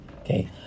Okay